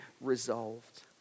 resolved